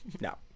no